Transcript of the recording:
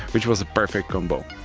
which was a perfect combo.